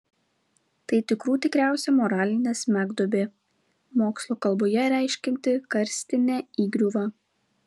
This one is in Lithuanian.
tai tikrų tikriausia moralinė smegduobė mokslo kalboje reiškianti karstinę įgriuvą